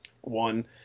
one